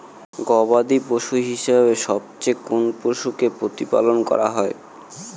গবাদী পশু হিসেবে সবচেয়ে কোন পশুকে প্রতিপালন করা হয়?